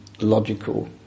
logical